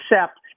accept